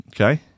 Okay